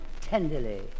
Tenderly